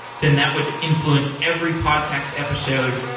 then that would influence every podcast episode,